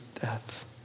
death